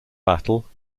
battle